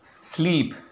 sleep